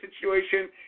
situation